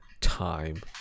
time